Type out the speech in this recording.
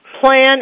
plan